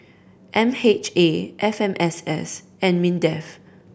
M H A F M S S and MINDEF